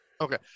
Okay